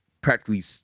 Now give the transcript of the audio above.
practically